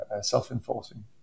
self-enforcing